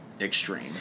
extreme